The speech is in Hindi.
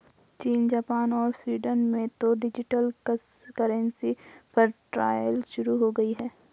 चीन, जापान और स्वीडन में तो डिजिटल करेंसी पर ट्रायल शुरू हो गया है